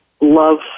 love